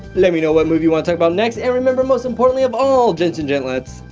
let me know what movie you wanna talk about next and remember most importantly of all, gents and gentlets,